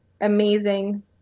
amazing